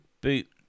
boot